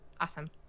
Awesome